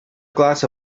glass